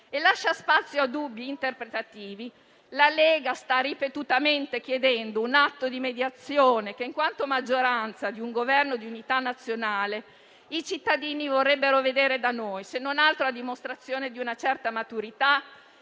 lascia spazio a dubbi interpretativi, la Lega sta ripetutamente chiedendo un atto di mediazione che, in quanto maggioranza di un Governo di unità nazionale, i cittadini vorrebbero vedere da noi, se non altro a dimostrazione di una certa maturità